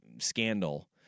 scandal